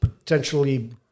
potentially